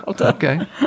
Okay